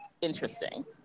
interesting